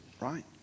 Right